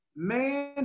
Man